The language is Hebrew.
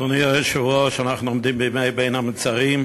אדוני היושב-ראש, אנחנו עומדים בימי בין המצרים,